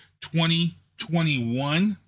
2021